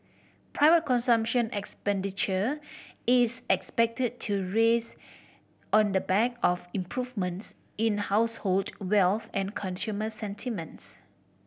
private consumption expenditure is expected to rise on the back of improvements in household wealth and consumer sentiments